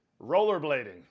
rollerblading